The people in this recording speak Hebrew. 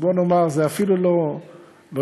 בוא נאמר, זה אפילו לא אינטליגנטי.